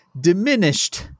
diminished